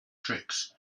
tricks